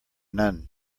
none